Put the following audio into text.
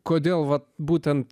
kodėl vat būtent